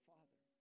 Father